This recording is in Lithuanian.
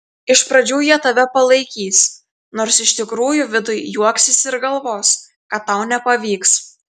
iš pradžių jie tave palaikys nors iš tikrųjų viduj juoksis ir galvos kad tau nepavyks